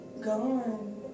gone